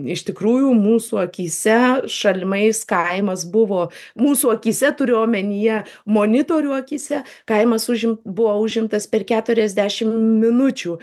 iš tikrųjų mūsų akyse šalimais kaimas buvo mūsų akyse turiu omenyje monitorių akyse kaimas užim buvo užimtas per keturiasdešim minučių